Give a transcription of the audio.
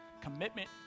commitment